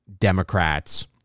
democrats